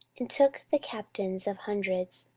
and took the captains of hundreds,